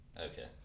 Okay